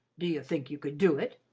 do you think you could do it?